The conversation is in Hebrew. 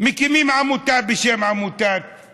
מקימים עמותה בשם עמותת אלעד,